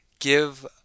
Give